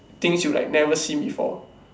things you like never see before